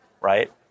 right